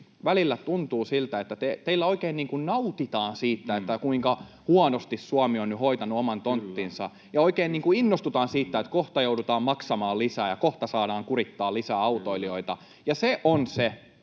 välillä tuntuu siltä, että teillä oikein niin kuin nautitaan siitä, kuinka huonosti Suomi on nyt hoitanut oman tonttinsa ja oikein innostutaan siitä, että kohta joudutaan maksamaan lisää ja kohta saadaan kurittaa lisää autoilijoita, ja se on se